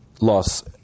loss